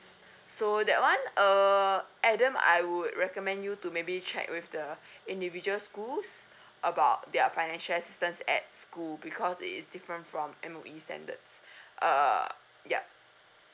so that one err adam I would recommend you to maybe check with the individual schools about their financial assistance at school because it is different from M_O_E standards err yup